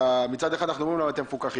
מצד אחד אנחנו אומרים אתם מפוקחים,